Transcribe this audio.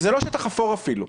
זה לא שטח אפור אפילו.